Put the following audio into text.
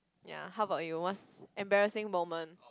ya how about you what's embarrassing moment